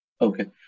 Okay